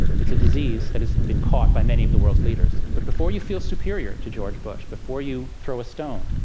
it's a disease that has been caught by many of the world's leaders. but before you feel superior to george bush, before you throw a stone,